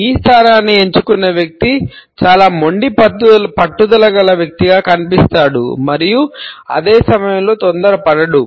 E స్థానాన్ని ఎంచుకున్న వ్యక్తి చాలా మొండి పట్టుదల గల వ్యక్తిగా కనిపిస్తాడు మరియు అదే సమయంలో తొందరపడడు